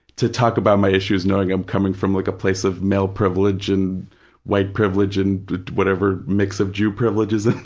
to talk about my issues knowing i'm coming from like a place of male privilege and white privilege and whatever mix of jew privilege is in